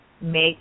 make